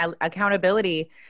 Accountability